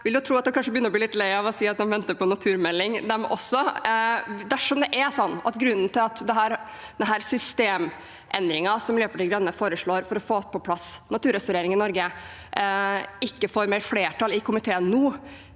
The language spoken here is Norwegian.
vil jo tro at de kanskje begynner å bli litt lei av å si at de venter på naturmeldingen de også. Dersom grunnen til at denne systemendringen Miljøpartiet De Grønne foreslår for å få på plass naturrestaurering i Norge, ikke får flertall i komiteen nå,